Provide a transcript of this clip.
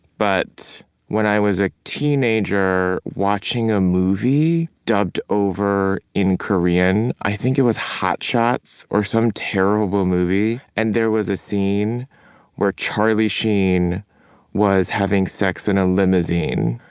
but when i was a teenager watching a movie dubbed over in korean i think it was hot shots! or some terrible movie and there was a scene where charlie sheen was having sex in a limousine.